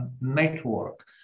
network